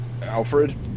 Alfred